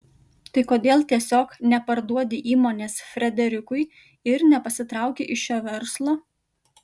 tai kodėl tiesiog neparduodi įmonės frederikui ir nepasitrauki iš šio verslo